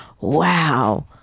Wow